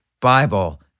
Bible